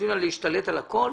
להשתלט על הכול